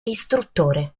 istruttore